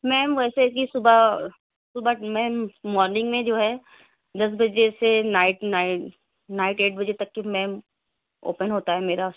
میم ویسے بھی صُبح میم مارننگ میں جو ہے دس بجے سے نائٹ نائٹ نائٹ ایٹ بجے تک کی میم اوپن ہوتا ہے میرا